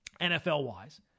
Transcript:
NFL-wise